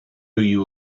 you